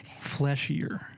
Fleshier